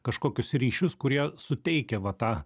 kažkokius ryšius kurie suteikia va tą